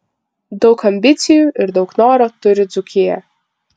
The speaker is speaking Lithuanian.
daug ambicijų ir daug noro turi dzūkija